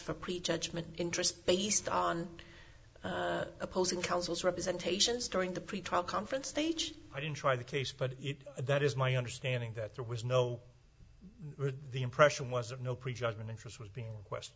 for prejudgment interest based on opposing counsel's representations during the pretrial conference stage i didn't try the case but that is my understanding that there was no the impression was that no prejudgment interest was being question